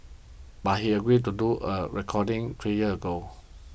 but he agreed to do a recording three years ago